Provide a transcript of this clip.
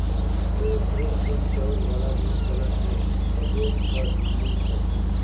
तोर ढेरे अकन चउर वाला मील चलत हे सबो हर बिजली मे चलथे